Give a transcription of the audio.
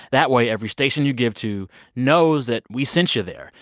that way, every station you give to knows that we sent you there.